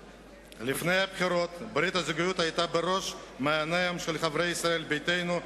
לפני הבחירות היתה ברית הזוגיות בראש מעייניהם של חברי ישראל ביתנו,